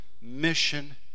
mission